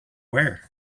wear